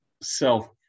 self